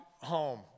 home